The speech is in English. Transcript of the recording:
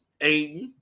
Aiden